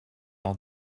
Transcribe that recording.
all